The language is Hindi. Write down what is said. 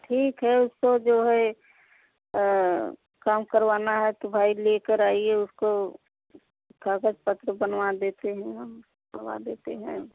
ठीक है उसको जो है काम करवाना है तो भाई लेकर आइए उसके कागज़ पत्र बनवा देते हैं हम बनवा देते हैं